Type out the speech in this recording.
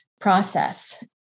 process